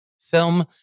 film